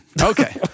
Okay